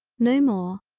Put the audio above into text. no more,